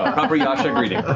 ah proper yasha greeting.